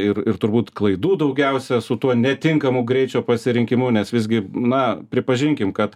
ir ir turbūt klaidų daugiausia su tuo netinkamu greičio pasirinkimu nes visgi na pripažinkim kad